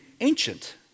ancient